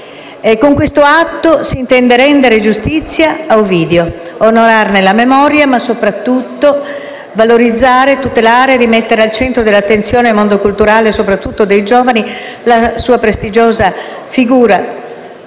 Con questo atto s'intende rendere giustizia a Ovidio, onorarne la memoria, ma soprattutto valorizzare, tutelare e rimettere al centro dell'attenzione del mondo culturale e in particolare dei giovani la sua prestigiosa figura,